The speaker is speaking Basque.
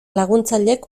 laguntzailek